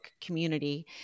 community